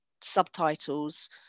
subtitles